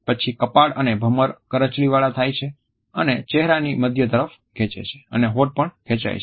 પછી કપાળ અને ભમર કરચલીવાળા થાય છે અને ચહેરાની મધ્ય તરફ ખેંચે છે અને હોઠ પણ ખેંચાય છે